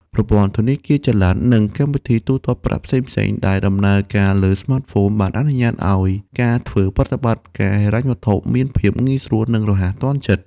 ប្រព័ន្ធធនាគារចល័ត និងកម្មវិធីទូទាត់ប្រាក់ផ្សេងៗដែលដំណើរការលើ ស្មាតហ្វូន បានអនុញ្ញាតឲ្យការធ្វើប្រតិបត្តិការហិរញ្ញវត្ថុមានភាព ងាយស្រួល និងរហ័សទាន់ចិត្ត ។